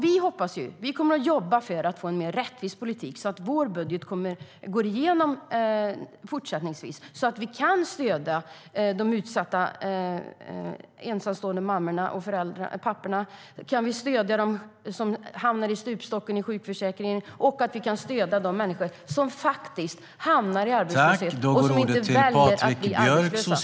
Vi hoppas på och kommer att jobba för att få en mer rättvis politik och för att vår budget går igenom fortsättningsvis så att vi kan stödja de utsatta ensamstående mammorna och papporna, dem som hamnar i stupstocken i sjukförsäkringen och dem som hamnar i arbetslöshet och inte väljer att bli arbetslösa.